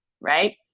right